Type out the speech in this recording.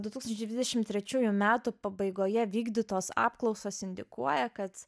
du tūkstančiai dvidešim trečiųjų metų pabaigoje vykdytos apklausos indikuoja kad